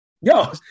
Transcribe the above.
Yo